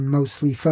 Mostly